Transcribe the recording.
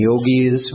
yogis